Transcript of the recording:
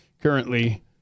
currently